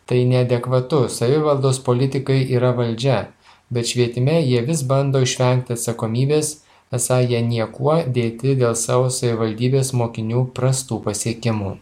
tai neadekvatu savivaldos politikai yra valdžia bet švietime jie vis bando išvengti atsakomybės esą jie niekuo dėti dėl savo savivaldybės mokinių prastų pasiekimų